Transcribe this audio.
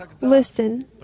Listen